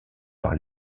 par